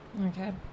Okay